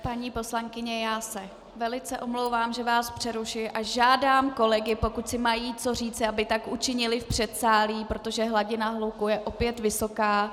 Paní poslankyně, já se velice omlouvám, že vás přerušuji a žádám kolegy, pokud si mají co říci, aby tak učinili v předsálí, protože hladina hluku je opět vysoká.